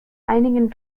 einigen